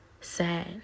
sad